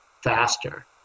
faster